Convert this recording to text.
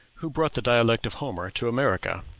who brought the dialect of homer to america?